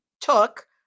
took